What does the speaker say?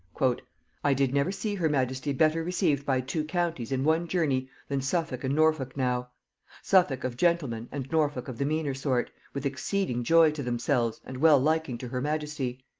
i did never see her majesty better received by two counties in one journey than suffolk and norfolk now suffolk of gentlemen and norfolk of the meaner sort, with exceeding joy to themselves and well liking to her majesty.